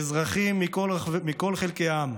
אזרחים מכל חלקי העם.